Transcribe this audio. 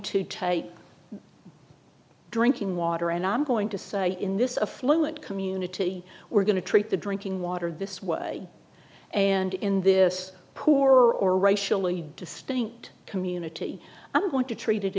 to take drinking water and i'm going to say in this a fluent community we're going to treat the drinking water this way and in this poor or racially distinct community i'm going to treat it